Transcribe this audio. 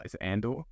Andor